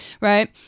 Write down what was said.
right